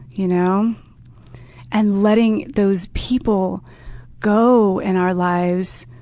you know and letting those people go in our lives.